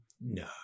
No